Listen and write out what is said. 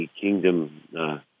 Kingdom